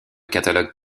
catalogue